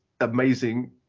amazing